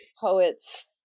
poets